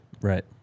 Right